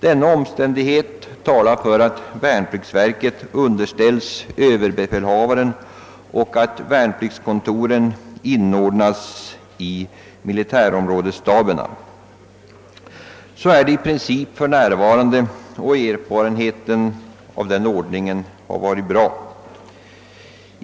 Denna omständighet talar för att värnpliktsverket underställs Ööverbefälhavaren och att värnpliktskontoret inordnas i militärområdesstaberna. Så är för närvarande fallet i praktiken, och erfarenheten av den ordningen har varit god.